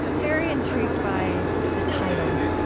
very intrigued by the title,